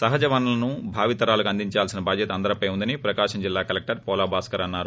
సహజ వనరులను భావి తరాలకు అందించాల్సిన భాద్యత అందరిపై ఉందని ప్రకాశం జిల్లా కలెక్టర్ పోల భాస్కర్ అన్నారు